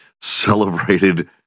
celebrated